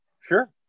sure